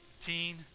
teen